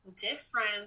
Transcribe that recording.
different